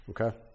Okay